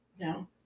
No